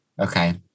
Okay